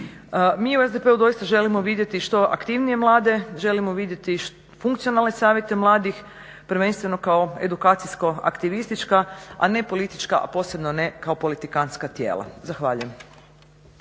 Mi u SDP-u doista želimo vidjeti što aktivnije mlade, želimo vidjeti funkcionalne savjete mladih, prvenstveno kao edukacijsko aktivistička, a ne politička, a posebno ne kao politikantska tijela. Zahvaljujem.